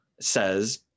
says